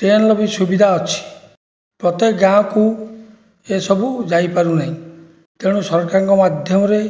ଟ୍ରେନ୍ର ସୁବିଧା ଅଛି ପ୍ରତ୍ୟେକ ଗାଁକୁ ଏସବୁ ଯାଇପାରୁନାହିଁ ତେଣୁ ସରକାରଙ୍କ ମାଧ୍ୟମରେ